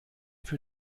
für